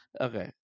Okay